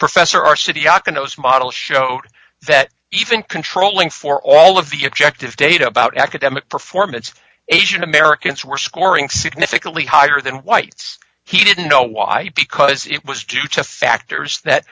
professor our city aka knows model showed that even controlling for all of the objective data about academic performance asian americans were scoring significantly higher than whites he didn't know why because it was due to factors that